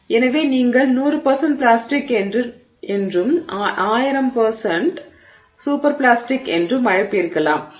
எனவே நீங்கள் 100 பிளாஸ்டிக் என்றும் 1000 சூப்பர் பிளாஸ்டிக் என்றும் அழைப்பீர்களா